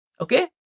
okay